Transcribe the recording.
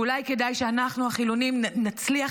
ואולי כדאי שאנחנו החילונים נצליח